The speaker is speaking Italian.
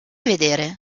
vedere